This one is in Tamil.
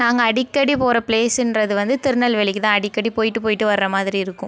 நாங்கள் அடிக்கடி போகற ப்ளேஸ்ன்றது வந்து திருநெல்வேலிக்கு தான் அடிக்கடி போயிவிட்டு போயிவிட்டு வர மாதிரி இருக்கும்